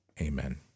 amen